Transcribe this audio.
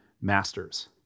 masters